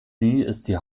die